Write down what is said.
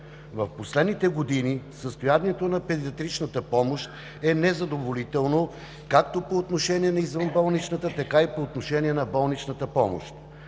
В последните години състоянието на педиатричната помощ е незадоволително, както по отношение на извънболничната, така и по отношение на болничната помощ.